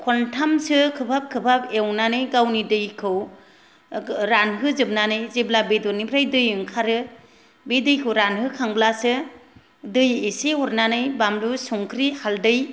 खनथामसो खोबहाब खोबहाब एवनानै गावनि दैखौ रानहोजोबनानै जेब्ला बेदरनिफ्राय दै ओंखारो बे दैखौ रानहोखांब्लासो दै इसे हरनानै बानलु संख्रि हालदै